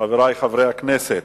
חברי חברי הכנסת,